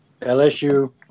LSU